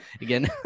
again